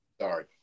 Sorry